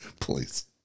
please